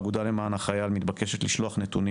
האגודה למען החייל מתבקשת לשלוח נתונים